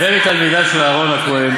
"הווי מתלמידיו של אהרן" הכוהן,